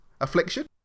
affliction